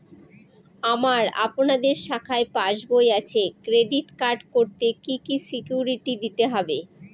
আমার আপনাদের শাখায় পাসবই আছে ক্রেডিট কার্ড করতে কি কি সিকিউরিটি দিতে হবে?